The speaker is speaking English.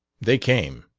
they came.